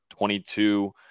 22